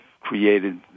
created